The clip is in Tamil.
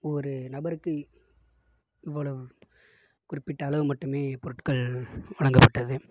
ஒரு நபருக்கு இவ்வளவு குறிப்பிட்ட அளவு மட்டுமே பொருட்கள் வழங்கப்பட்டது